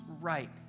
right